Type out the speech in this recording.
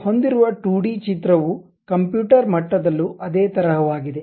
ನಾವು ಹೊಂದಿರುವ 2 ಡಿ ಚಿತ್ರವೂ ಕಂಪ್ಯೂಟರ್ ಮಟ್ಟದಲ್ಲೂ ಅದೇ ತರಹವಾಗಿದೆ